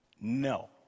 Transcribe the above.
No